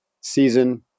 season